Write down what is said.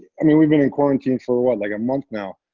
i mean, we've been in quarantine for what? like a month now.